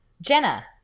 Jenna